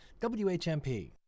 WHMP